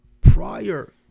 prior